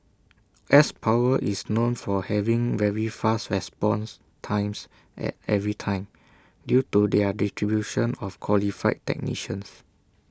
S power is known for having very fast response times at every time due to their distribution of qualified technicians